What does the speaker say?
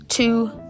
Two